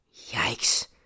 Yikes